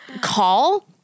call